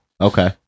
okay